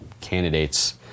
candidates